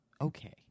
okay